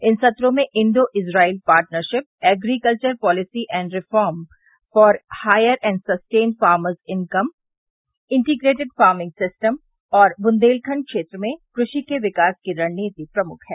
इन संत्रों में Indo Israel partnership agriculture policy and reform for higher and sustain farmers income integrated farming system और बुन्देलखण्ड क्षेत्र में कृषि के विकास की रणनीति प्रमुख है